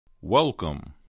Welcome